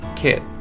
Kit